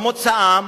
במוצאם.